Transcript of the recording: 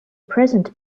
present